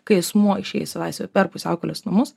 kai asmuo išeis į laisvę per pusiaukelės namus